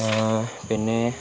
പിന്നെ